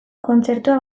kontzertua